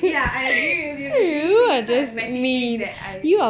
ya I agree with you it's really really quite a petty thing that I